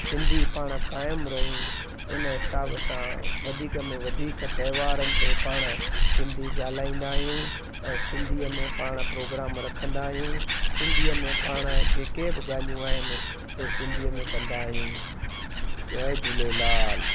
सिंधी पाण क़ाइमु रहूं इन हिसाब सां वधीक में वधीक त्योहारनि ते पाण सिंधी ॻाल्हाईंदा आहियूं ऐं सिंधीअ में पाण प्रोग्राम रखंदा आहियूं सिंधीअ में पाण जेके बि ॻाल्हियूं आहिनि से सिंधीअ में कंदा आहियूं जय झूलेलाल